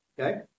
okay